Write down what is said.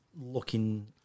looking